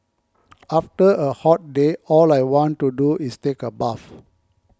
after a hot day all I want to do is take a bath